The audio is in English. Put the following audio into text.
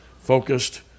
focused